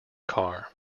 car